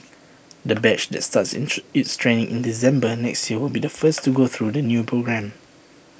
the batch that starts its training in December next year will be the first to go through the new programme